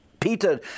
Peter